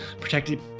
protected